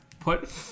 Put